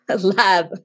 lab